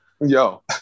yo